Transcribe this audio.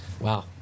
Wow